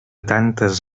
tantes